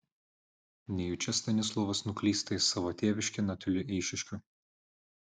nejučia stanislovas nuklysta į savo tėviškę netoli eišiškių